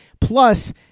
Plus